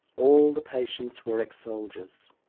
all the patients were ex-soldiers.